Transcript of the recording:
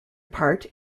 part